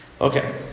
Okay